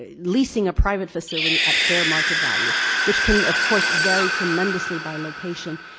leasing a private facility at fair market value which can, of course, vary tremendously by location,